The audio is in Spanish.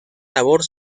labor